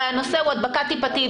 הרי הנושא הוא הדבקה טיפתית.